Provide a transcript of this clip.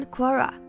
Clara